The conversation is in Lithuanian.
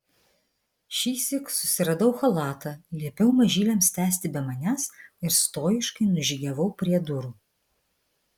šįsyk susiradau chalatą liepiau mažyliams tęsti be manęs ir stojiškai nužygiavau prie durų